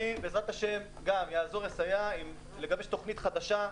בעזרת השם, אעזור לסייע לגבש תוכנית חדשה,